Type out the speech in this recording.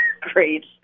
Great